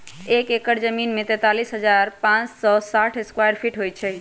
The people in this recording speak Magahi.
एक एकड़ जमीन में तैंतालीस हजार पांच सौ साठ स्क्वायर फीट होई छई